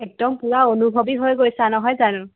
একদম পুৰা অনুভৱী হৈ গৈছা নহয় জানো